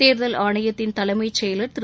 தேர்தல் ஆணையத்தின் தலைமை செயலர் திரு